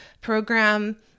program